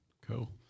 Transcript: Cool